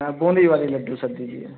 हाँ बूंदी वाली लड्डू सर दीजिए